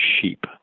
sheep